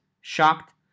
shocked